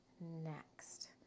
next